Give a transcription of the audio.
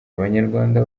abanyarwanda